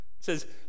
says